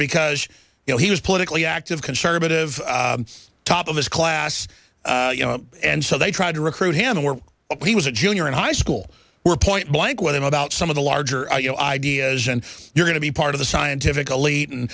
because he was politically active conservative top of his class you know and so they tried to recruit him and were he was a junior in high school were point blank with him about some of the larger you know ideas and you're going to be part of the scientific elite and